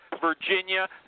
Virginia